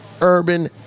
urban